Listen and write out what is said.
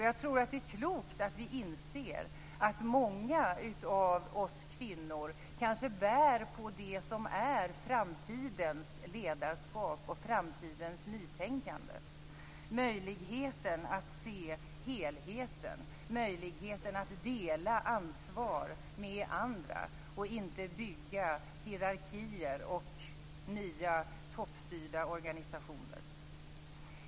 Jag tror att det är klokt att vi inser att många av oss kvinnor kanske bär på det som är framtidens ledarskap och framtidens nytänkande - möjligheten att se helheten, möjligheten att dela ansvar med andra och inte bygga hierarkier och nya toppstyrda organisationer.